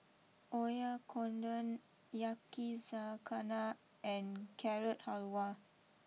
Oyakodon Yakizakana and Carrot Halwa